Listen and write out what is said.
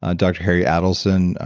ah dr. harry adelson,